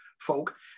folk